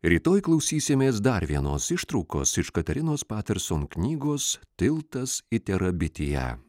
rytoj klausysimės dar vienos ištraukos iš katarinos paterson knygos tiltas į terabitiją